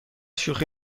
شوخی